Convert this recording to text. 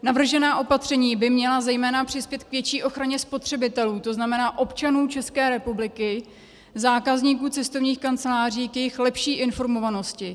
Navržená opatření by měla zejména přispět k větší ochraně spotřebitelů, to znamená občanů České republiky, zákazníků cestovních kanceláří, k jejich lepší informovanosti.